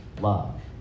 love